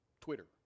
Twitter